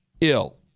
ill